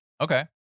Okay